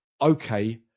okay